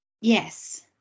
yes